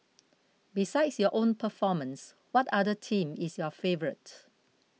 besides your own performance what other team is your favourite